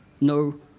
no